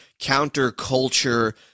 counterculture